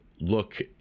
look